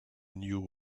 new